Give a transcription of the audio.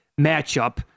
matchup